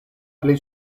plej